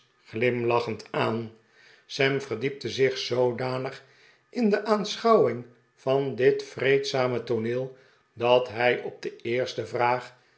aan sam verdiepte zich zoodanig in de aanschouwing van dit vreedzame tooneel dat hij op de eerste vraag